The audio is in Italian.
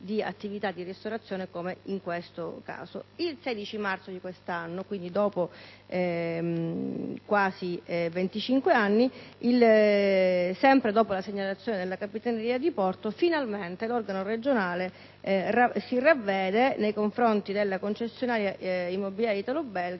Il 16 marzo di quest'anno, quindi dopo quasi 25 anni, sempre dopo segnalazione della capitaneria di porto, finalmente l'organo regionale si ravvede nei confronti della concessionaria Immobiliare italo-belga